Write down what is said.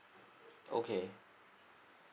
okay